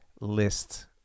list